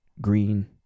green